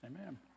Amen